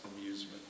amusement